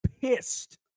pissed